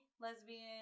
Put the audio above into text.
lesbian